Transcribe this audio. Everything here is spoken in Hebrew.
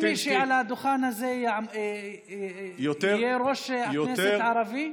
לגיטימי שעל הדוכן הזה יהיה יושב-ראש כנסת ערבי?